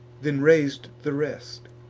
then rais'd the rest,